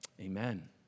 amen